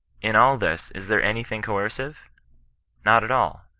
in all this, is there anything coercive not at all.